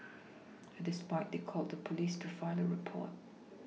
at this point they called the police to file a report